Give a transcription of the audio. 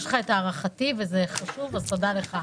יש לך את הערכתי, וזה חשוב, אז תודה לך.